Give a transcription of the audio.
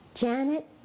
Janet